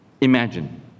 Imagine